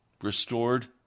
restored